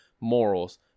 morals